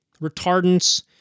retardants